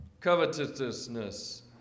covetousness